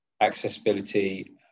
accessibility